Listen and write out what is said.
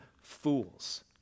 fools